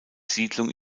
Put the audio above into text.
siedlung